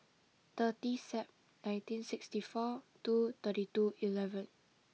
thirty Sep nineteen sixty four two thirty two eleven